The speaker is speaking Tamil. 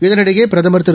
இதனிடையேபிரதம் திரு